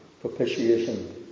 Propitiation